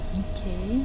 okay